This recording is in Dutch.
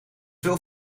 veel